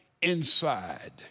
inside